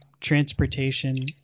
transportation